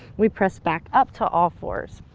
we press back up to all fours,